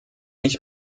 ich